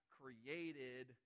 created